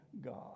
God